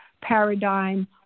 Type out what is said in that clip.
paradigm